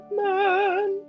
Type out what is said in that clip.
man